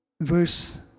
Verse